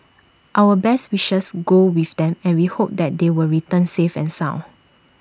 our best wishes go with them and we hope that they will return safe and sound